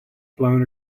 blown